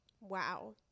Wow